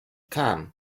come